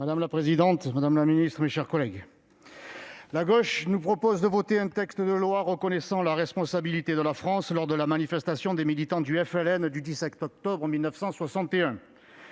Madame la présidente, madame la secrétaire d'État, mes chers collègues, la gauche nous propose de voter un texte de loi reconnaissant la responsabilité de la France lors de la manifestation des militants du FLN du 17 octobre 1961,